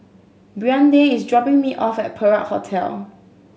Brande is dropping me off at Perak Hotel